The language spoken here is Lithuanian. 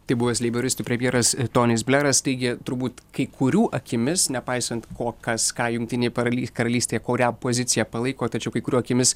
tai buvęs leiboristų premjeras tonis bleras taigi turbūt kai kurių akimis nepaisant ko kas ką jungtinėj paraly karalystėj kurią poziciją palaiko tačiau kai kurių akimis